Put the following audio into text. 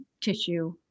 tissue